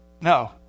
No